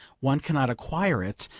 one cannot acquire it,